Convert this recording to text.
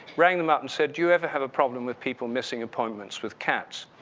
rang them up and said, do you ever have a problem with people missing appointments with cats?